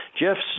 Jeff's